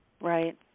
Right